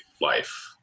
life